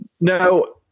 No